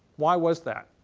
why was that?